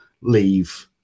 leave